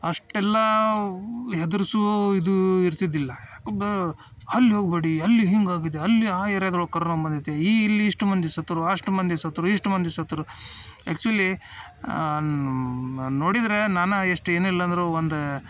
ಅಷ್ಟೆಲ್ಲ ಹೆದ್ರಿಸೋ ಇದೂ ಇರ್ತಿದ್ದಿಲ್ಲ ಬ ಅಲ್ಲಿ ಹೋಗ್ಬೇಡಿ ಅಲ್ಲಿ ಹೀಗಾಗಿದೆ ಅಲ್ಲಿ ಆ ಏರ್ಯಾದೊಳಗೆ ಕರೋನ ಬಂದಿದೆ ಈ ಇಲ್ಲಿ ಇಷ್ಟು ಮಂದಿ ಸತ್ತರು ಅಷ್ಟು ಮಂದಿ ಸತ್ತರು ಇಷ್ಟು ಮಂದಿ ಸತ್ತರು ಆ್ಯಕ್ಚುಲಿ ನೋಡಿದರೆ ನಾನಾ ಎಷ್ಟು ಏನಿಲ್ಲ ಅಂದರು ಒಂದು